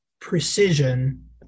precision